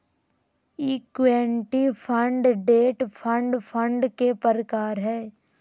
equity fund, debt fund fund के प्रकार हय